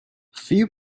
few